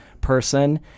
person